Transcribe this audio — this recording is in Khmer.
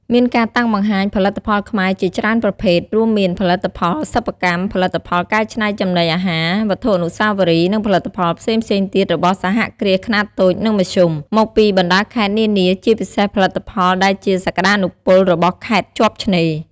មានការតាំងបង្ហាញផលិតផលខ្មែរជាច្រើនប្រភេទ រួមមាន ផលិតផលសិប្បកម្ម ផលិតផលកែច្នៃចំណីអាហារ វត្ថុអនុស្សាវរីយ៍ និងផលិតផលផ្សេងៗទៀតរបស់សហគ្រាសខ្នាតតូច និងមធ្យម មកពីបណ្ដាខេត្តនានា ជាពិសេសផលិតផលដែលជាសក្ដានុពលរបស់ខេត្តជាប់ឆ្នេរ។